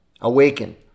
awaken